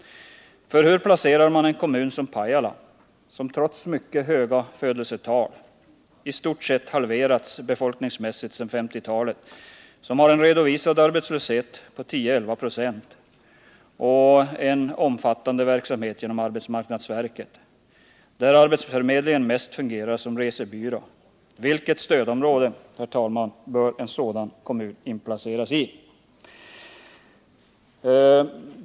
Se på en kommun som Pajala, som trots mycket höga födelsetal i stort sett halverats befolkningsmässigt sedan 1950-talet, som har en redovisad arbetslöshet på 10-11 96 och en omfattande verksamhet genom arbetsmarknadsverket och där arbetsförmedlingen mest fungerar som resebyrå — vilket stödområde, herr talman, bör en sådan kommun inplaceras i?